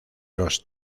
los